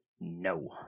No